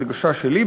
הדגשה שלי,